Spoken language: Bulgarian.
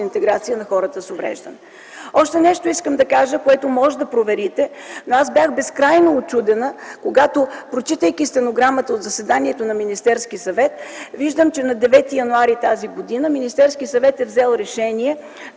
интеграция на хората с увреждания. Още нещо искам да кажа, което можете да проверите. Аз бях безкрайно учудена, когато, прочитайки стенограмата от заседанието на Министерския съвет, виждам, че на 9 януари т.г. Министерският съвет е взел решение